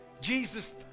Jesus